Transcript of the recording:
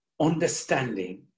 understanding